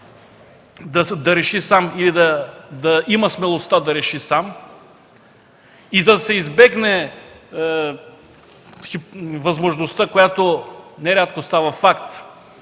да реши или да има смелостта да реши сам, и да се избегне възможността, която нерядко става факт,